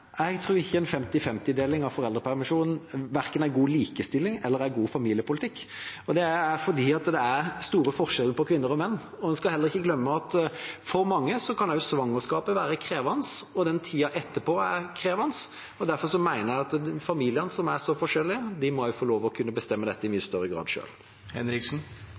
jeg tror at en 50/50-deling av foreldrepermisjonen verken er god likestilling eller god familiepolitikk, og det er fordi det er store forskjeller på kvinner og menn. En skal heller ikke glemme at for mange kan også svangerskapet være krevende, og tiden etterpå er krevende. Derfor mener jeg at familiene, som er så forskjellige, også må kunne få lov til å bestemme dette i mye større grad